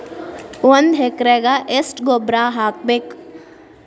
ಒಂದ್ ಎಕರೆಗೆ ಎಷ್ಟ ಗೊಬ್ಬರ ಹಾಕ್ಬೇಕ್?